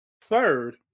Third